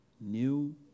new